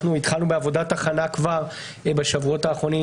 התחלנו בעבודת הכנה כבר בשבועות האחרונים,